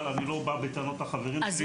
אבל אני לא בא בטענות לחברים שלי,